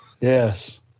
Yes